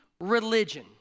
religion